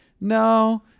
no